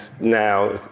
now